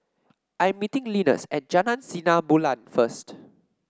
I'm meeting Linus at Jalan Sinar Bulan first